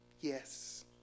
Yes